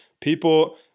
People